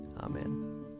Amen